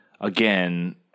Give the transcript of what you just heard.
again